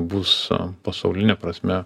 bus pasauline prasme